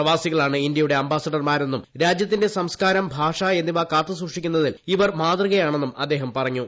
പ്രവാസികളാണ് ഇന്ത്യയുടെ അംബാസിഡർമാരെന്നും രാജ്യത്തിന്റെ സംസ്കാരം ഭാഷ എന്നിവ കാത്തുസൂക്ഷിക്കുന്നതിൽ ഇവർ മാതൃകയാണെന്നും അദ്ദേഹം പറഞ്ഞു